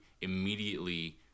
immediately